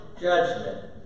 judgment